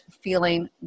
feeling